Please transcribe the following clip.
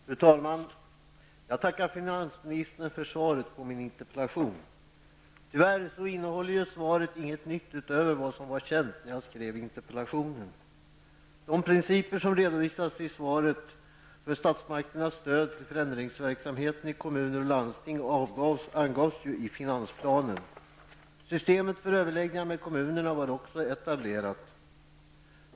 Fru talman! Jag tackar finansministern för svaret på min interpellation. Tyvärr innehåller svaret inget utöver vad som var känt när jag skrev interpellationen. De principer som i svaret redovisas för statsmakternas stöd till förändringsverksamheten i kommuner och landsting angavs ju i finansplanen. Systemet för överläggningar med kommunerna var också etablerat.